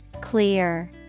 Clear